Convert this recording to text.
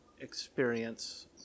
experience